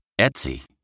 Etsy